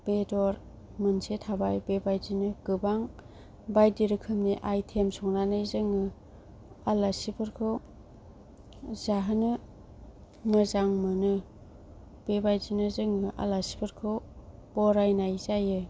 बेदर मोनसे थाबाय बेबादिनो गोबां बायदि रोखोमनि आइटेम संनानै जोङो आलासिफोरखौ जाहोनो मोजां मोनो बेबादिनो जोङो आलासिफोरखौ बरायनाय जायो